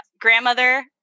grandmother